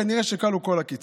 כנראה כלו כל הקיצים,